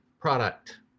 product